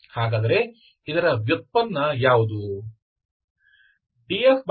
ಹಾಗಾದರೆ ಇದರ ವ್ಯುತ್ಪನ್ನ ಯಾವುದು